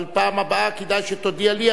אבל בפעם הבאה כדאי שתודיע לי,